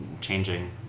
changing